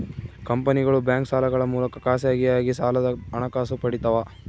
ಕಂಪನಿಗಳು ಬ್ಯಾಂಕ್ ಸಾಲಗಳ ಮೂಲಕ ಖಾಸಗಿಯಾಗಿ ಸಾಲದ ಹಣಕಾಸು ಪಡಿತವ